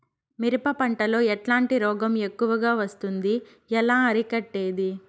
మిరప పంట లో ఎట్లాంటి రోగం ఎక్కువగా వస్తుంది? ఎలా అరికట్టేది?